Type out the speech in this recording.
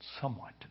somewhat